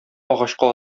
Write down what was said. агачка